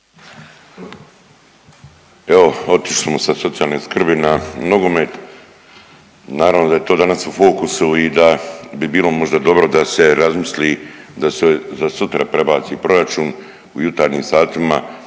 Evo, otišli smo sa socijalne skrbi na nogomet, naravno da je to danas u fokusu i da bi bilo možda dobro da se razmisli da se za sutra prebaci proračun u jutarnjim satima